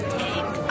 take